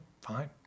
fine